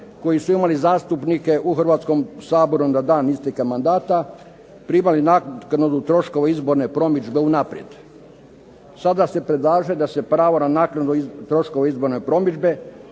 koji su imali zastupnike u Hrvatskom saboru na dan isteka mandata, primali naknadu troškove izborne promidžbe unaprijed. Sada se predlaže da se pravo na naknadu troškova izborne promidžbe